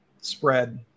spread